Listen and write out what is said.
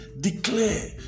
declare